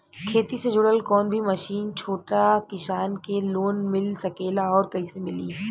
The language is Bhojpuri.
खेती से जुड़ल कौन भी मशीन छोटा किसान के लोन मिल सकेला और कइसे मिली?